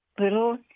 little